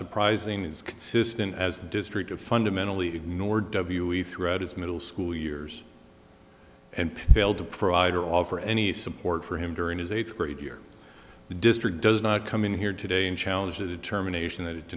surprising is consistent as the district of fundamentally ignored w e throughout his middle school years and failed to provide or offer any support for him during his eighth grade year the district does not come in here today and challenge a determination that it